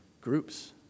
groups